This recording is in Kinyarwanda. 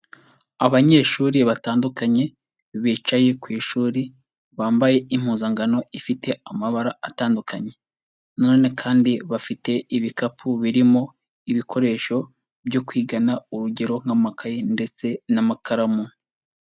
Abanyeshuri batandukanye bicaye ku ishuri, bambaye impuzankano ifite amabara atandukanye na none kandi bafite ibikapu birimo ibikoresho byo kwigana urugero nk'amakaye ndetse n'amakaramu.